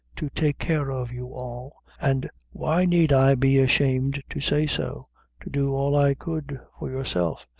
to take care of you all, and why need i be ashamed to say so to do all i could for yourself.